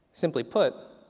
simply put,